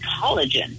collagen